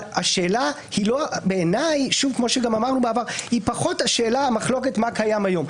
השאלה היא פחות המחלוקת מה קיים היום.